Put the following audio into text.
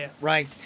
right